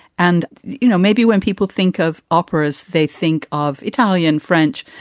and, you know, maybe when people think of operas, they think of italian, french.